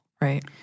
Right